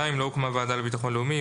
לא הוקמה ועדה לביטחון לאומי,